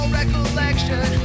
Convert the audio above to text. recollection